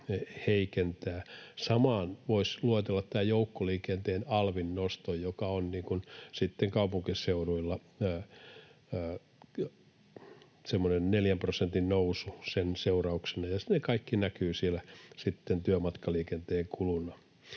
Samaan voisi luetella tämän joukkoliikenteen alvin noston, joka on kaupunkiseuduilla semmoinen neljän prosentin nousu sen seurauksena, ja ne kaikki näkyvät siellä työmatkaliikenteen kuluna.